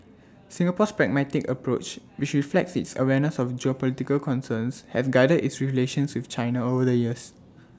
Singapore's pragmatic approach which reflects its awareness of geopolitical concerns has guided its relations with China over the years